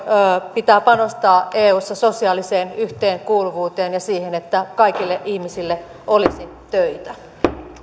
pitää panostaa eussa sosiaaliseen yhteenkuuluvuuteen ja siihen että kaikille ihmisille olisi töitä